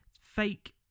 fake